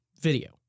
video